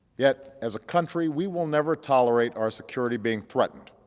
yet as a country, we will never tolerate our security being threatened,